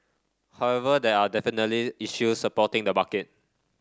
however there are definitely issues supporting the market